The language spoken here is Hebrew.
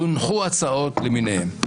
הונחו הצעות למיניהן.